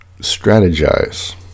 strategize